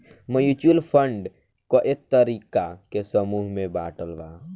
mutual fund कए तरीका के समूह में बाटल बा